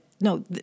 no